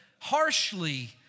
harshly